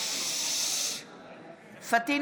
בעד פטין